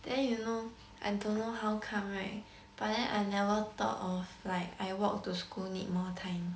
then you know I don't know how come right but then I never thought of like I walk to school need more time